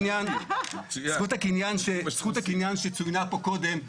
זכות הקניין שצוינה פה קודם,